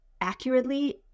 accurately